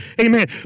Amen